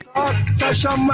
Sasha